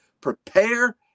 Prepare